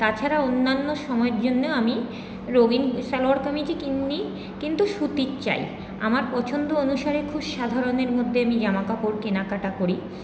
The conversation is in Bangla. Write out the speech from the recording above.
তাছাড়া অন্যান্য সময়ের জন্যেও আমি রঙিন সালোয়ার কামিজই কিনি কিন্তু সুতির চাই আমার পছন্দ অনুসারে খুব সাধারণের মধ্যে আমি জামাকাপড় কেনাকাটা করি